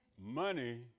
Money